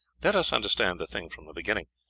let us understand the thing from the beginning.